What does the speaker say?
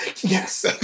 Yes